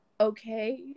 okay